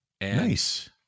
Nice